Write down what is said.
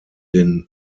den